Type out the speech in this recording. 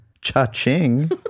Cha-ching